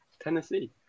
Tennessee